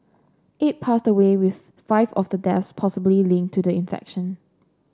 eight passed away with five of the deaths possibly linked to the infection